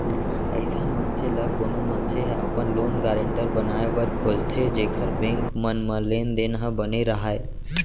अइसन मनसे ल कोनो मनसे ह अपन लोन गारेंटर बनाए बर खोजथे जेखर बेंक मन म लेन देन ह बने राहय